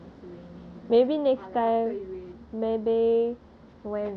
ah ya lah don't don't cycle when it's raining or like after it rain